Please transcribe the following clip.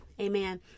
Amen